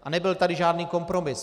A nebyl tady žádný kompromis.